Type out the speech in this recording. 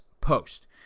post